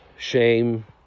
shame